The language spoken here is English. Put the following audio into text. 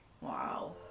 Wow